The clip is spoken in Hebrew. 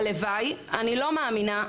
הלוואי אני לא מאמינה,